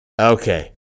Okay